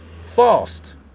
Fast